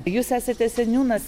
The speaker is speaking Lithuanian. jūs esate seniūnas